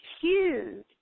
huge